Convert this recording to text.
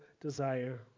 desire